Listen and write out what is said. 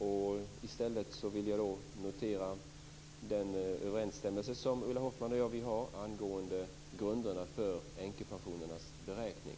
I stället vill jag notera den överensstämmelse som Ulla Hoffmann och jag har angående grunderna för änkepensionernas beräkning.